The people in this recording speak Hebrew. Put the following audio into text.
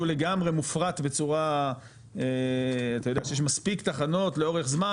לגמרי מופרת בצורה אתה יודע שיש מספיק תחנות לאורך זמן,